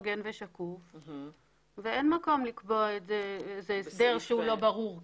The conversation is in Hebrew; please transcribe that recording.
הוגן ושקוף ואין מקום לקבוע איזה הסדר שהוא לא ברור כזה.